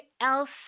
else